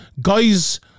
guys